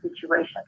situation